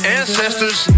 ancestors